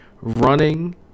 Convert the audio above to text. running